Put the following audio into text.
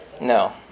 No